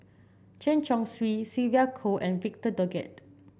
Chen Chong Swee Sylvia Kho and Victor Doggett